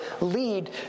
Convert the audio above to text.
lead